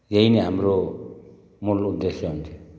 यही नै हाम्रो मूल उद्देश्य हुन्छ